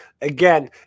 again